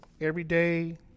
everyday